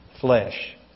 flesh